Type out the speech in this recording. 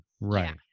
Right